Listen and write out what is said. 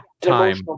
time